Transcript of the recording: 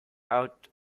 out